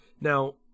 Now